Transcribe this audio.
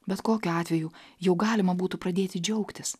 bet kokiu atveju jau galima būtų pradėti džiaugtis